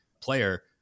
player